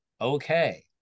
Okay